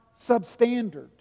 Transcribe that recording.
substandard